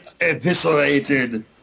eviscerated